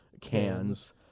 cans